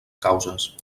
causes